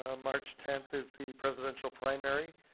ah march tenth is the presidential primary.